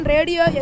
Radio